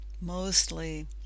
mostly